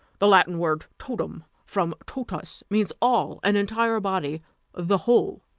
the latin word totum, from totus, means all an entire body the whole.